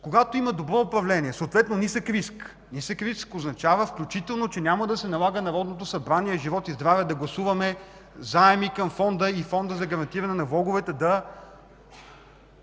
Когато има добро управление, съответно нисък риск, то нисък риск означава, че няма да се налага Народното събрание – живот и здраве – да гласува заеми към Фонда и Фондът за гарантиране на влоговете да